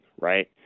Right